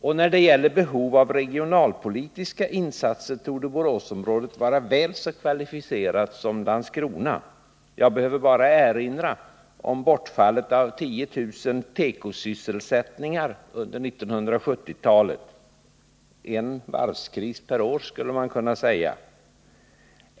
Och när det gäller behov av regionalpolitiska insatser torde Boråsområdet vara väl så kvalificerat som Landskrona. Jag behöver bara erinra om bortfallet av 10 000 tekosysselsättningar under 1970-talet — en ”varvskris” per år, skulle man kunna säga.